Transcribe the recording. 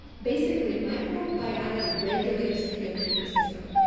basically, microbiota regulates the immune system.